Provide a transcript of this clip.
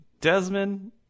Desmond